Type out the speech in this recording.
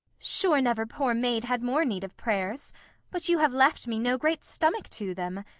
sure never poor maid had more need of prayers but you have left me no great stomach to them.